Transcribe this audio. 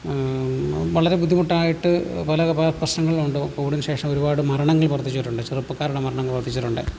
വളരെ ബുദ്ധിമുട്ടായിട്ട് പല പ്രശ്നങ്ങളും ഉണ്ട് കോവിഡിന് ശേഷം ഒരുപാട് മരണങ്ങൾ വർധിച്ചിട്ടുണ്ട് ചെറുപ്പക്കാരുടെ മരണങ്ങൾ വർധിച്ചിട്ടുണ്ട്